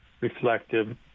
reflective